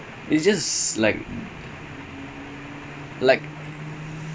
or they do he pass அவங்க:avanga